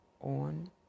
on